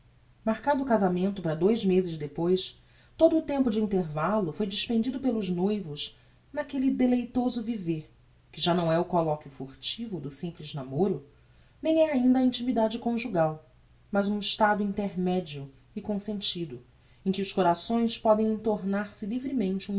marcado o casamento para dous mezes depois todo o tempo de intervallo foi despendido pelos noivos naquelle deleitoso